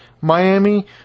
Miami